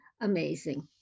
amazing